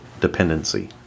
dependency